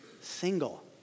single